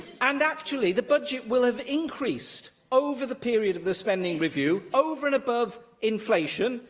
and actually the budget will have increased over the period of the spending review, over and above inflation,